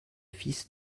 fils